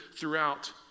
throughout